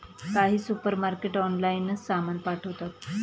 काही सुपरमार्केट ऑनलाइनच सामान पाठवतात